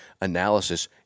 analysis